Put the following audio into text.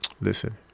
listen